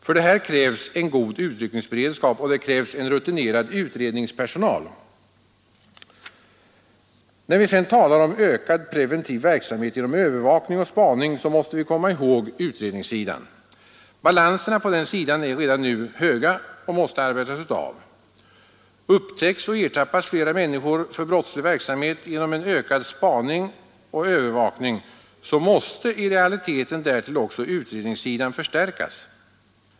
För detta krävs en god utryckningsberedskap och en rutinerad utredningspersonal. När vi sedan talar om ökad preventiv verksamhet genom övervakning och spaning, måste vi komma ihåg utredningssidan. Balanserna på den sidan är redan nu höga och måste arbetas av. Upptäcks och ertappas flera människor med brottslig verksamhet genom en ökad spaning och övervakning, måste i relation därtill också utredningssidan förstärkas.